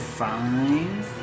five